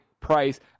Price